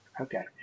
Okay